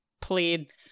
plead